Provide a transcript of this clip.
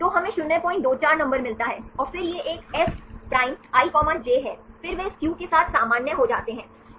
तो हमें 024 नंबर मिलता है और फिर यह एक f i j है फिर वे इस q के साथ सामान्य हो जाते हैं यह एक विशेष क्रम में एक अवशेषों की आवृत्ति की उम्मीद है जैसे कि एक यादृच्छिक अनुक्रम में